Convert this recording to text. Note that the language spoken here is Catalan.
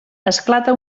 esclata